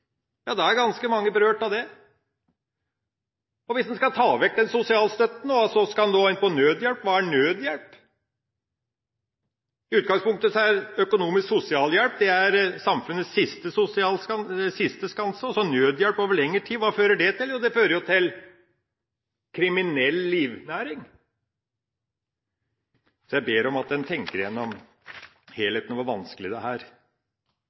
Ja, da er ganske mange berørt av det. Og hvis en skal ta vekk sosialstøtten, skal en altså gå inn på nødhjelp, men hva er nødhjelp? I utgangspunktet er økonomisk sosialhjelp samfunnets siste skanse, og nødhjelp over lengre tid, hva fører det til? Jo, det fører til kriminell livnæring. Så jeg ber om at en tenker igjennom helheten og hvor vanskelig dette er. Det